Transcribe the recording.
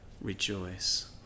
rejoice